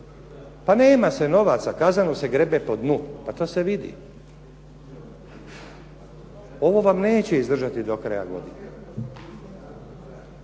Pa nema se novaca, kazanu se grebe po dnu, pa to se vidi. Ovo vam neće izdržati do kraja godine.